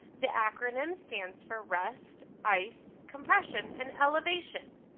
the acronym stands for rest ice compression and elevation.